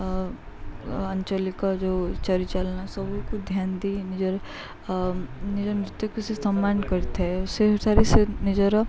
ଆଞ୍ଚଳିକ ଯେଉଁ ଚାଲିଚଳନା ସବୁକୁ ଧ୍ୟାନ ଦେଇ ନିଜର ନିଜର ନୃତ୍ୟକୁ ସେ ସମ୍ମାନ କରିଥାଏ ଓ ସେ ଅନୁସାରେ ସେ ନିଜର